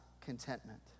contentment